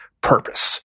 purpose